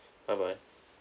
bye bye